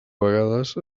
vegades